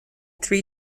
three